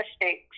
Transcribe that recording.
Mistakes